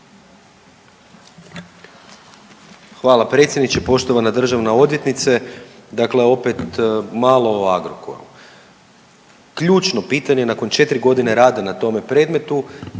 Hvala predsjedniče. Poštovana državna odvjetnice. Dakle opet malo o Agrokoru. Ključno pitanje nakon 4 godine rada na tome predmetu,